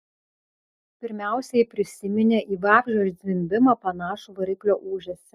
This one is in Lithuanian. pirmiausia ji prisiminė į vabzdžio zvimbimą panašų variklio ūžesį